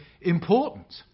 important